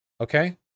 Okay